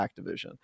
activision